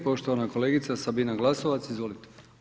Poštovana kolegica Sabina Glasovac, izvolite.